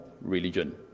Religion